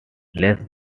less